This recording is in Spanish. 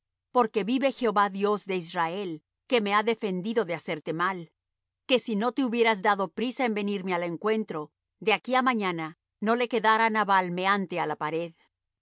porque vive jehová dios de israel que me ha defendido de hacerte mal que si no te hubieras dado priesa en venirme al encuentro de aquí á mañana no le quedara á nabal meante á la pared